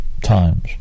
times